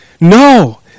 No